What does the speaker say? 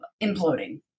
imploding